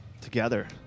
together